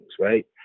right